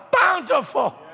bountiful